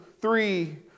three